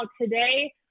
today